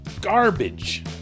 garbage